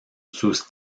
sus